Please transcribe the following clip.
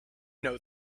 know